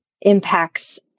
impacts